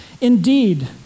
Indeed